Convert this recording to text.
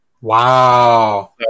Wow